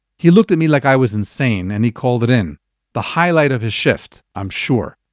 he looked at me like i was insane, and he called it in the highlight of his shift, i'm sure.